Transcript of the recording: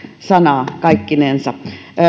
sanaa kaikkinensa